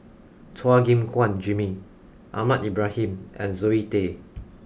Chua Gim Guan Jimmy Ahmad Ibrahim and Zoe Tay